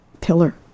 pillar